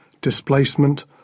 displacement